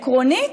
עקרונית,